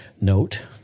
Note